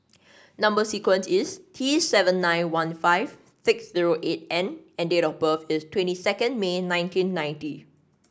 number sequence is T seven nine one five six zero eight N and date of birth is twenty second May nineteen ninety